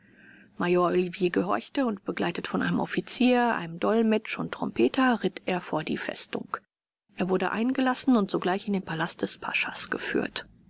major olivier gehorchte und begleitet von einem offizier einem dolmetsch und trompeter ritt er vor die festung er wurde eingelassen und sogleich in den palast des paschas geführt